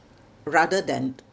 rather than